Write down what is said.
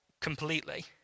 completely